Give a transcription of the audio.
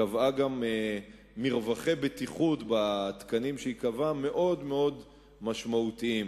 קבעה בתקנים שהיא קבעה גם מרווחי בטיחות מאוד מאוד משמעותיים.